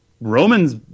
Roman's